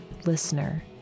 Listener